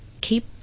keep